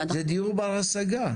זה דיור בר השגה.